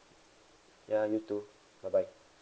ya you too bye bye